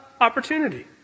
opportunity